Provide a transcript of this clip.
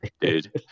dude